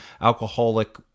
alcoholic